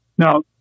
Now